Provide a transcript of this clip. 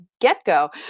get-go